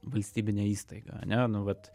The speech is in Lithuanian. valstybinė įstaiga ane nu vat